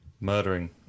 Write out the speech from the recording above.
murdering